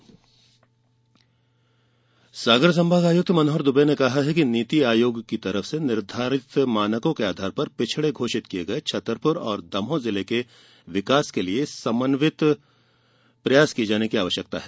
पिछड़े जिले सागर संभाग आयुक्त मनोहर दुबे ने कहा है कि नीति आयोग की ओर से निर्धारित मानकों के आधार पर पिछड़े घोषित किए गए छतरपुर और दमोह जिले के विकास के लिए समन्वित प्रयासों की आवश्यकता है